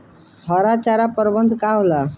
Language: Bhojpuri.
हरा चारा प्रबंधन का होला?